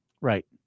right